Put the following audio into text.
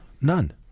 None